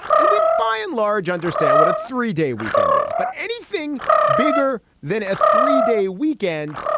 and we, by and large, understand what a three day weekend is but anything bigger than a three day weekend,